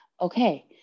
okay